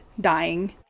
dying